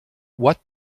what